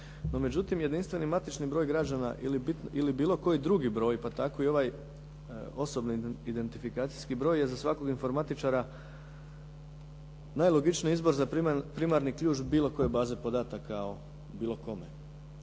No međutim, jedinstveni matični broj građana ili bilo koji drugi broj, pa tako i ovaj osobni identifikacijski broj je za svakog informatičara najlogičniji izbor za primarni ključ bilo koje baze podataka o bilo kome